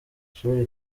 ishuri